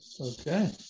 Okay